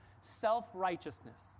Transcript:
self-righteousness